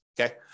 okay